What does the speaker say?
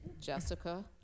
Jessica